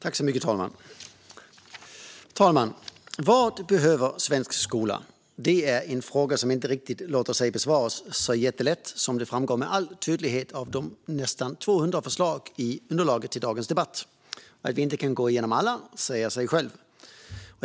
Fru talman! Vad behöver svensk skola? Det är en fråga som inte låter sig besvaras så lätt, vilket framgår med all tydlighet av de nästan 200 förslagen i underlaget till dagens debatt. Att vi inte kan gå igenom alla säger sig självt.